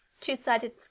Two-sided